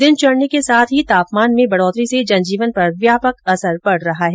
दिन चढने के साथ ही तापमान में बढोतरी से जनजीवन पर व्यापक असर पड़ रहा है